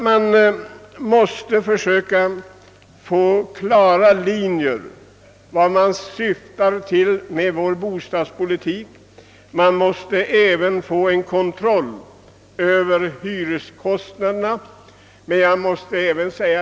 Vi måste få kontroll över hyreskostnaderna och klara riktlinjer för vart vi syftar med vår bostadspolitik.